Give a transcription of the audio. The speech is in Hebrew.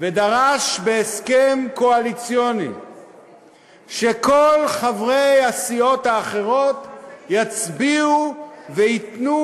ודרש בהסכם קואליציוני שכל חברי הסיעות האחרות יצביעו וייתנו